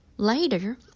Later